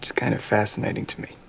kind of fascinating to me.